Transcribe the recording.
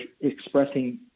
expressing